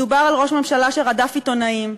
מדובר על ראש ממשלה שרדף עיתונאים,